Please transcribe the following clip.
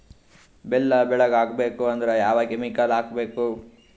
ಬೆಲ್ಲ ಬೆಳಗ ಆಗೋಕ ಏನ್ ಕೆಮಿಕಲ್ ಹಾಕ್ಬೇಕು?